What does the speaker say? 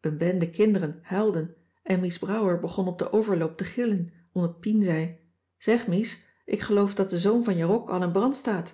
bende kinderen huilden en mies brouwer begon op den overloop te gillen omdat pien zei zeg mies ik geloof dat de zoom van je rok al in brand staat